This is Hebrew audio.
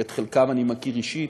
שאת חלקם אני מכיר אישית.